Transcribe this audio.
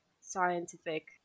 scientific